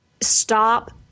Stop